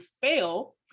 fail